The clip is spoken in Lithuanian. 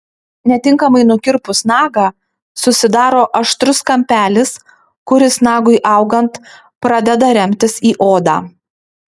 netinkamai nukirpus nagą susidaro aštrus kampelis kuris nagui augant pradeda remtis į odą